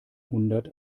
hundert